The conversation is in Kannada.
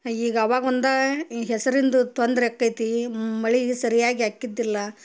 ಈಗ ಅವಾಗೊಂದ ಈ ಹೆಸ್ರಿಂದ ತೊಂದರೆ ಆಕೈತಿ ಮಳೆಗೆ ಸರಿಯಾಗಿ ಹಾಕ್ಕಿದ್ದಿಲ್ಲ